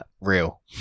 real